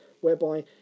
whereby